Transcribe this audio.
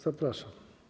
Zapraszam.